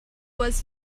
was